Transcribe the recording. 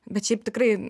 bet šiaip tikrai